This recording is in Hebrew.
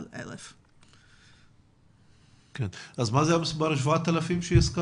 1,000. אז למה התייחס המספר 7,000 שהזכרת?